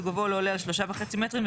וגובהו לא עולה על שלושה וחצי מטים,